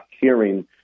hearing